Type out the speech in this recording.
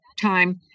time